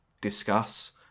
discuss